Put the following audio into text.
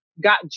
got